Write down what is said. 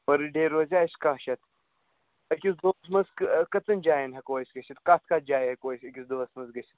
پٔر ڈیٚے روزیٛا اَسہِ کاہ شتھ اَکِس دۄہَس منٛز کٔژَن جایَن ہٮ۪کو أسۍ گٔژھِتھ کَتھ کَتھ جایہِ ہٮ۪کو أسۍ اَکِس دۄہَس منٛز گٔژھِتھ